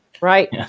Right